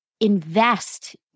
invest